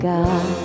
God